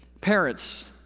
Parents